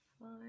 five